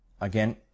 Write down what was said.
Again